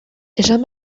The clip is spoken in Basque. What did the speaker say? esan